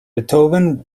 beethoven